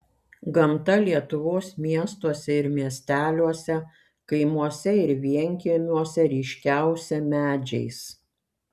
gamta lietuvos miestuose ir miesteliuose kaimuose ir vienkiemiuose ryškiausia medžiais